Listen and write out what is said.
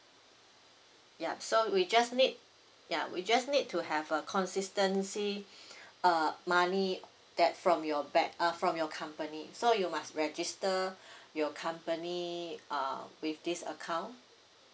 ya so we just need ya we just need to have a consistency uh money that from your bank uh from your company so you must register your company uh with this account